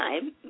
time